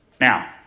Now